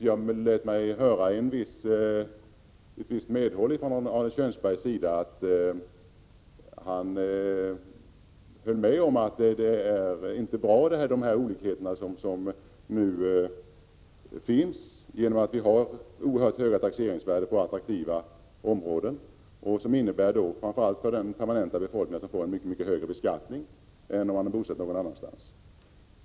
Jag tyckte mig höra ett visst medhåll från Arne Kjörnsberg om att de olikheter som finns inte är bra. Vi har oerhört höga taxeringsvärden inom attraktiva områden, som innebär att framför allt den permanenta befolkningen får en mycket högre beskattning än om man varit bosatt någon annanstans.